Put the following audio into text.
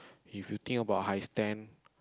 if you think about high stand